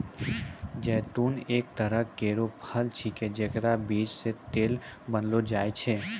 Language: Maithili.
जैतून एक तरह केरो फल छिकै जेकरो बीज सें तेल बनैलो जाय छै